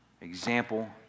Example